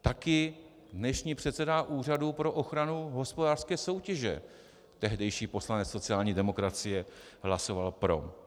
Taky dnešní předseda Úřadu pro ochranu hospodářské soutěže, tehdejší poslanec sociální demokracie, hlasoval pro.